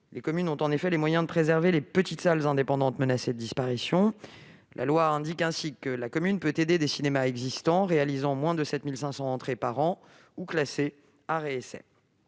les communes ont les moyens de préserver les petites salles indépendantes menacées de disparition. Ainsi, selon la loi, la commune peut aider des cinémas existants réalisant moins de 7 500 entrées par an ou classés « art